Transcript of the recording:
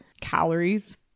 calories